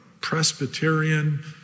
presbyterian